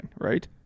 right